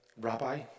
Rabbi